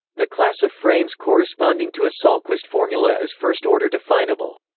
the class of frames corresponding to a sahlqvist formula is first-order definable,